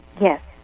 Yes